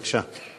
בבקשה.